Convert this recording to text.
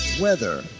weather